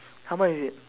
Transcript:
how much is it